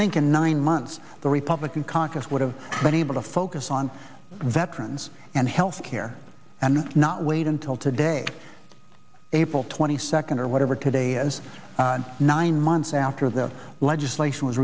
think in nine months the republican congress would have been able to focus on veterans and health care and not wait until today april twenty second or whatever today is nine months after the legislation was